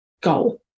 goal